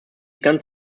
ganz